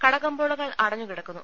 കട കമ്പോളങ്ങൾ അടഞ്ഞുകിടക്കുന്നു